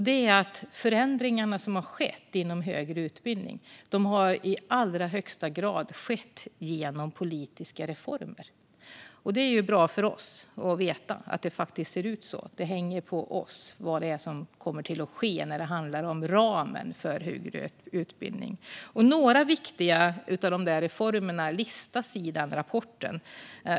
De förändringar som har skett inom högre utbildning har i allra högsta grad skett genom politiska reformer. Det är ju bra för oss att veta att det faktiskt ser ut så - vad som kommer att ske när det handlar om ramen för högre utbildning hänger på oss. Några viktiga reformer listas i rapporten.